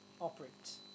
operates